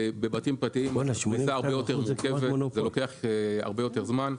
בבתים פרטיים הפריסה הרבה יותר מורכבת וזה לוקח יותר זמן.